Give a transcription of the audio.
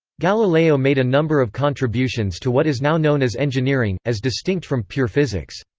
galileo made a number of contributions to what is now known as engineering, as distinct from pure physics.